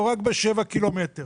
לא רק בשבעה קילומטר